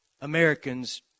Americans